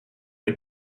het